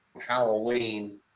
Halloween